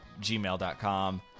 gmail.com